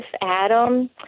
Adam